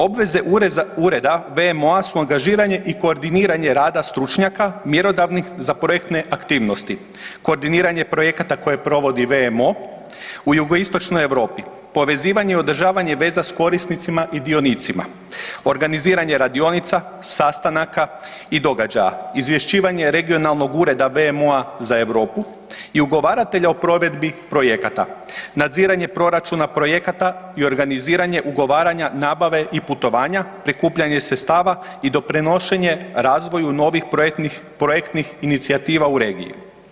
Obveze Ureda WMO-a su angažiranje i koordiniranje rada stručnjaka mjerodavnih za projektne aktivnosti, koordiniranje projekata koje provodi WMO u jugoistočnoj Europi, povezivanje i održavanje veza s korisnicima i dionicima, organiziranje radionica, sastanaka i događaja, izvješćivanje regionalnog ureda WMO-a za Europu i ugovaratelja o provedbi projekata, nadziranje proračuna projekata i organiziranje ugovaranja nabave i putovanja, prikupljanje sredstava i doprinošenju razvoju novih projektnih inicijativa u regiji.